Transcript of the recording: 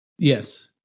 Yes